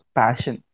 passion